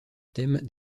thème